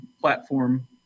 platform